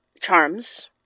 Charms